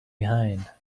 behind